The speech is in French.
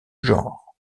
genre